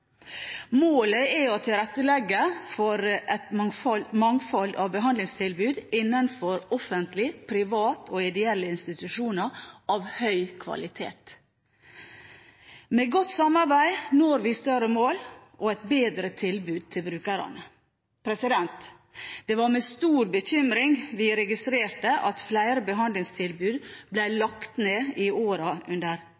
Målet er å tilrettelegge for et mangfold av behandlingstilbud av høy kvalitet innenfor offentlige, private og ideelle institusjoner. Med godt samarbeid når vi større mål og et bedre tilbud til brukerne. Det var med stor bekymring vi registrerte at flere behandlingstilbud